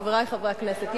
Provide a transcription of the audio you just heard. חברי חברי הכנסת,